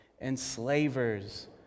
enslavers